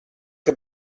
che